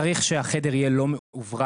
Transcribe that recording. צריך שהחדר יהיה לא מאוורר,